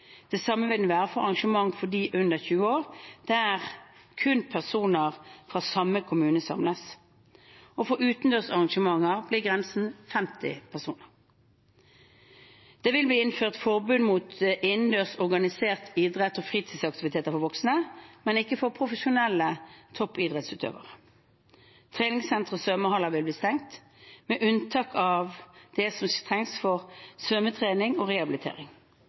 Det samme vil den være for arrangementer for dem under 20 år, der kun personer fra samme kommune samles. For utendørsarrangementer blir grensen 50 personer. Det vil bli innført forbud mot innendørs, organiserte idretts- og fritidsaktiviteter for voksne, men ikke for profesjonelle toppidrettsutøvere. Treningssentre og svømmehaller vil bli stengt, med unntak for bl.a. det som trengs for svømmetrening og rehabilitering.